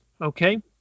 okay